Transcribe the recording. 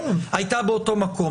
היתה באותו מקום,